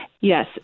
Yes